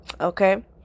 okay